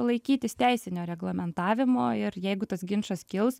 laikytis teisinio reglamentavimo ir jeigu tas ginčas kils